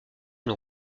une